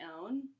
own